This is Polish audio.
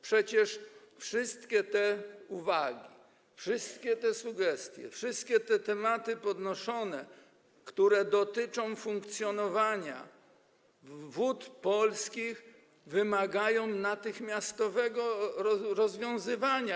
Przecież wszystkie te uwagi, wszystkie te sugestie, wszystkie te podnoszone tematy, które dotyczą funkcjonowania Wód Polskich, wymagają natychmiastowego rozwiązywania.